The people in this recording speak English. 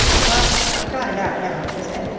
well, i've got it out now, she said,